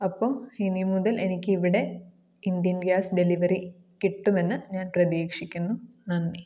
അപ്പോൾ ഇനി മുതൽ എനിക്ക് ഇവിടെ ഇന്ത്യൻ ഗ്യാസ് ഡെലിവറി കിട്ടുമെന്ന് ഞാൻ പ്രതീക്ഷിക്കുന്നു നന്ദി